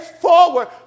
forward